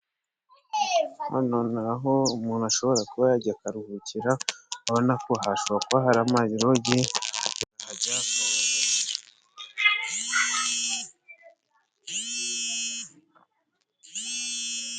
Hano ni aho umuntu ashobora kuba yajya akaruhukira abona ko hashobora kuba hari ama rogi hato.